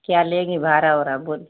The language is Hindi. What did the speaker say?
क्या लेंगी भारा ओरा बोल